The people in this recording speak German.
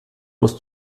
muss